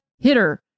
hitter